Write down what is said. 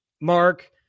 Mark